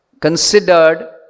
considered